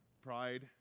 Pride